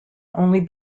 only